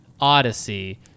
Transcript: Odyssey